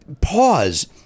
pause